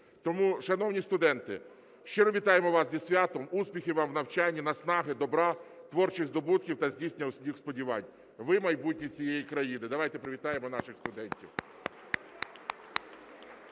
Тому, шановні студенти, щиро вітаємо вас зі святом, успіхів вам в навчанні, наснаги, добра, творчих здобутків та здійснення всіх сподівань, ви – майбутнє цієї країни. Давайте привітаємо наших студентів.